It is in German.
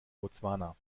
botswana